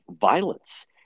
violence